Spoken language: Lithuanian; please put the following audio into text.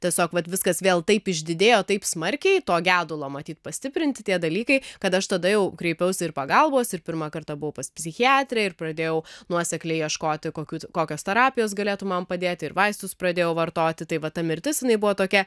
tiesiog vat viskas vėl taip išdidėjo taip smarkiai to gedulo matyt pastiprinti tie dalykai kad aš tada jau kreipiausi ir pagalbos ir pirmą kartą buvau pas psichiatrę ir pradėjau nuosekliai ieškoti kokių kokios terapijos galėtų man padėti ir vaistus pradėjau vartoti tai va ta mirtis jinai buvo tokia